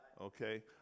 Okay